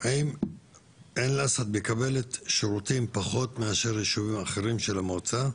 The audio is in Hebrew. האם עין אל-אסד מקבלת שירותים פחות מאשר ישובים אחרים של המועצה?